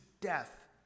death